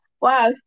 Wow